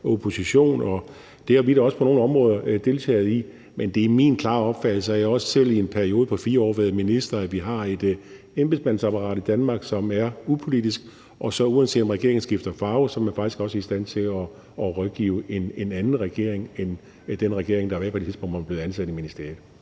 oppositionen, og det har vi da også på nogle områder deltaget i. Men det er min klare opfattelse – og jeg har også selv i en periode på 4 år været minister – at vi har et embedsmandsapparat i Danmark, som er upolitisk, og uanset om regeringen skifter farve, er man faktisk også i stand til at rådgive en anden regering end den regering, der var på det tidspunkt, hvor man blev ansat i ministeriet.